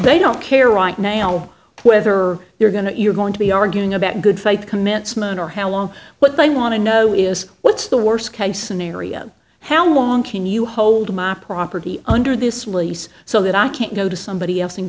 they don't care right now whether you're going to you're going to be arguing about good faith commencement or how long what i want to know is what's the worst case scenario how long can you hold my property under this really so that i can't go to somebody else and